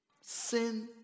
Sin